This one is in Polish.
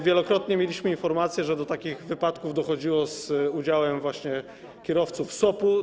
Wielokrotnie mieliśmy informacje, że do takich wypadków dochodziło z udziałem właśnie kierowców SOP-u.